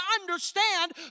understand